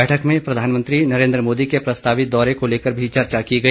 बैठक में प्रधानमंत्री नरेन्द्र मोदी के प्रस्तावित दौरे को लेकर भी चर्चा की गई